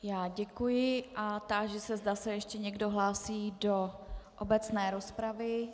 Já děkuji a táži se, zda se ještě někdo hlásí do obecné rozpravy.